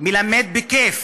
מלמד בכיף